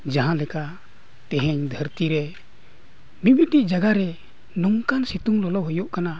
ᱡᱟᱦᱟᱸ ᱞᱮᱠᱟ ᱛᱮᱦᱮᱧ ᱫᱷᱟᱹᱨᱛᱤ ᱨᱮ ᱢᱤᱼᱢᱤᱫᱴᱤᱡ ᱡᱟᱭᱜᱟ ᱨᱮ ᱱᱚᱝᱠᱟᱱ ᱥᱤᱛᱩᱝ ᱞᱚᱞᱚ ᱦᱩᱭᱩᱜ ᱠᱟᱱᱟ